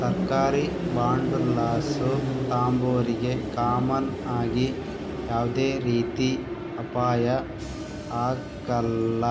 ಸರ್ಕಾರಿ ಬಾಂಡುಲಾಸು ತಾಂಬೋರಿಗೆ ಕಾಮನ್ ಆಗಿ ಯಾವ್ದೇ ರೀತಿ ಅಪಾಯ ಆಗ್ಕಲ್ಲ,